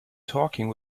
talking